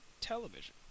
television